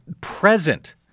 present